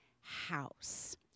house